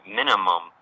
minimum